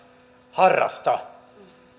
harrasta